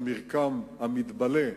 את המרקם המתבלה,